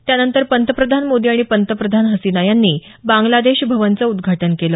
त्यानंतर पंतप्रधान मोदी आणि पंतप्रधान हसीना यांनी बांग्लादेश भवनचं उद्घाटन केल